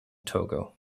togo